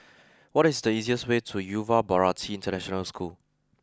what is the easiest way to Yuva Bharati International School